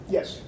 Yes